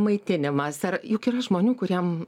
maitinimas ar juk yra žmonių kuriem